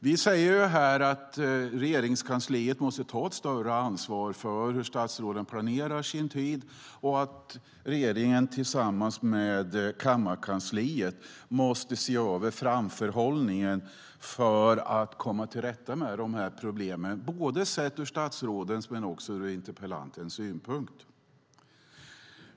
Vi säger här att Regeringskansliet måste ta ett större ansvar för hur statsråden planerar sin tid och att regeringen tillsammans med kammarkansliet måste se över framförhållningen för att komma till rätta med de här problemen sett ur både statsrådens och interpellanternas synpunkt.